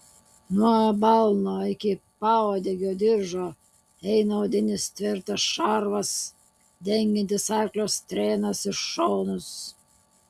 nuo balno iki pauodegio diržo eina odinis tvirtas šarvas dengiantis arklio strėnas ir šonus